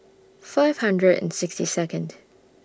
five hundred and sixty Second